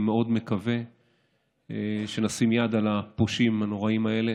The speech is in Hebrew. אני מאוד מקווה שנשים יד על הפושעים הנוראיים האלה,